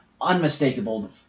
unmistakable